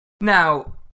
now